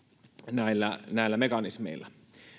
näillä näillä mekanismeilla